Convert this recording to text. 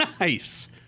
Nice